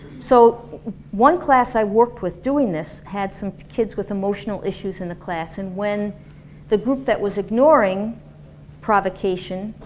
so one class i worked with doing this had some kids with emotional issues in the class and when the group that was ignoring provocation